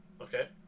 Okay